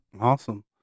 Awesome